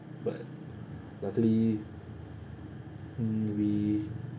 but luckily mm we